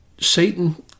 Satan